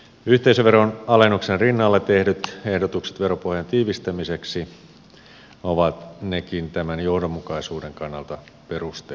yhteisöveron alennuksen rinnalle tehdyt ehdotukset veropohjan tiivistämiseksi ovat nekin tämän johdonmukaisuuden kannalta perusteltuja